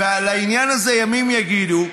על העניין הזה ימים יגידו,